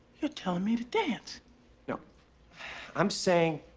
you're telling me to dance no i am saying,